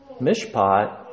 mishpat